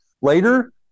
Later